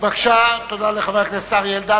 תודה לחבר הכנסת אריה אלדד.